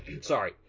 sorry